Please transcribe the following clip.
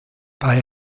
bei